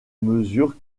mesure